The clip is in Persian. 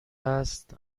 است